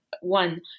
One